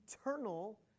eternal